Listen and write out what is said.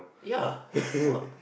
ya what